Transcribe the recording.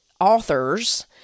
authors